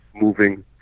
moving